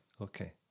okay